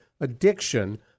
addiction